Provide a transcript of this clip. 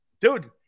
Dude